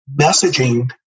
messaging